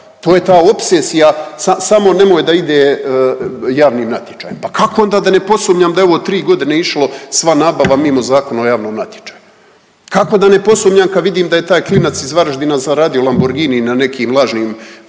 to je ta opsesija samo nemoj da ide javnim natječajem. Pa kako onda da ne posumnjam da je ovo 3.g. išlo sva nabava mimo Zakona o javnom natječaju, kako da ne posumnjam kad vidim da je taj klinac iz Varaždina zaradio Lamborgini na nekim lažnim